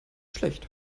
schlecht